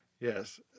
Yes